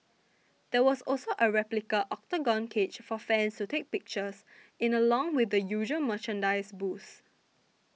there was also a replica Octagon cage for fans to take pictures in along with the usual merchandise booths